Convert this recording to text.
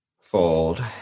Fold